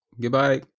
Goodbye